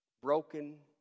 broken